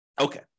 Okay